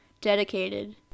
dedicated